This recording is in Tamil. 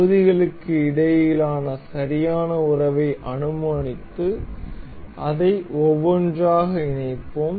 பகுதிகளுக்கு இடையிலான சரியான உறவை அனுமானித்து இதை ஒவ்வொன்றாக இணைப்போம்